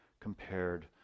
compared